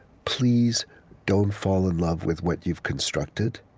please don't fall in love with what you've constructed.